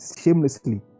shamelessly